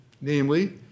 namely